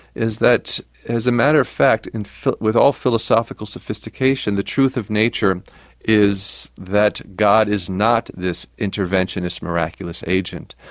is that as a matter of fact, and with all philosophical sophistication, the truth of nature is that god is not this interventionist, miraculous agent.